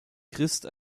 christ